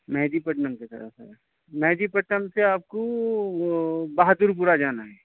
مہدی پٹنم کی طرف ہے مہدی پٹنم سے آپ کو بہادرپورہ جانا ہے